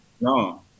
No